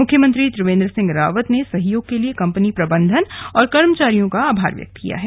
मुख्यमंत्री त्रिवेंद्र सिंह रावत ने सहयोग के लिए कंपनी प्रबंधन और कर्मचारियों का आभार व्यक्त किया है